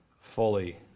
fully